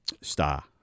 star